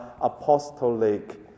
apostolic